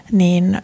niin